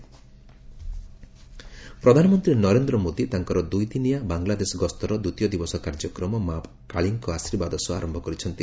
PM Bangladesh ପ୍ରଧାନମନ୍ତ୍ରୀ ନରେନ୍ଦ୍ର ମୋଦୀ ତାଙ୍କର ଦୁଇଦିନିଆ ବାଂଲାଦେଶ ଗସ୍ତର ଦ୍ୱିତୀୟ ଦିବସ କାର୍ଯ୍ୟକ୍ରମ ମା' କାଳୀଙ୍କ ଆଶୀର୍ବାଦ ସହ ଆରମ୍ଭ କରିଛନ୍ତି